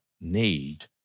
need